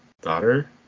daughter